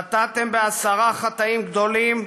חטאתם בעשרה חטאים גדולים,